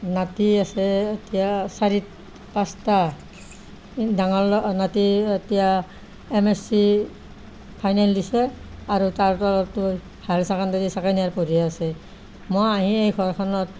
নাতি আছে এতিয়া চাৰি পাঁচটা ডাঙাৰ ল নাতি এতিয়া এম এছ চি ফাইনেল দিছে আৰু তাৰ তলৰটোৱে হায়াৰ ছেকেণ্ডাৰী ছেকেণ্ড ইয়েৰ পঢ়ি আছে মই আহি এই ঘৰখনত